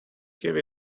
give